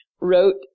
wrote